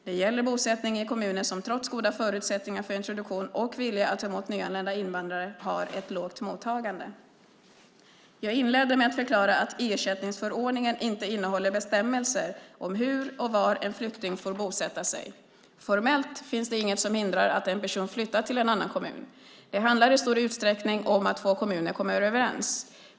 Det gäller bosättning i kommuner som trots goda förutsättningar för introduktion och vilja att ta emot nyanlända invandrare har ett lågt mottagande. Jag inledde med att förklara att ersättningsförordningen inte innehåller bestämmelser om hur och var en flykting får bosätta sig. Formellt finns det inget som hindrar att en person flyttar till en annan kommun. Det handlar i stor utsträckning om att två kommuner kommer överens.